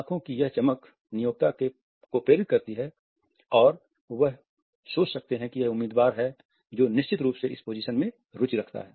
आंखों की यह चमक नियोक्ता को प्रेरित करती है और वह सोच सकते हैं कि यह एक उम्मीदवार है जो निश्चित रूप से इस पोजीशन में रुचि रखता है